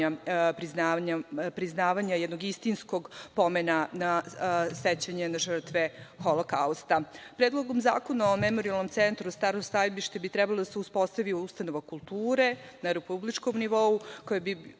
priznavanja jednog istinskog pomena na sećanje na žrtve Holokausta. Predlogom Zakona o memorijalnom centru Staro sajmište trebalo bi da se uspostavi ustanova kulture na republičkom nivou